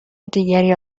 دیگری